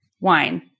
Wine